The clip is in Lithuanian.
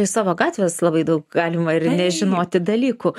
savo gatvės labai daug galima ir nežinoti dalykų